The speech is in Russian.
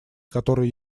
которая